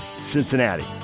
Cincinnati